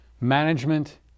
Management